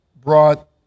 brought